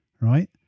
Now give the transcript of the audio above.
right